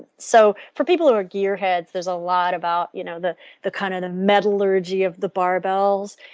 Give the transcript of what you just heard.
so for people who are gear heads, there is a lot about you know the the kind of of metallurgy of the barbells.